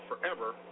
forever